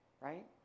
right